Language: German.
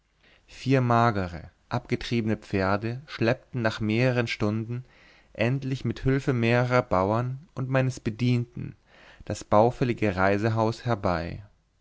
vier magere abgetriebene pferde schleppten nach mehrern stunden endlich mit hülfe mehrerer bauern und meines bedienten das baufällige reisehaus herbei